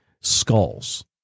skulls